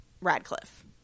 Radcliffe